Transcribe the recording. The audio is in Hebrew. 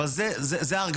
אבל זו ההרגשה.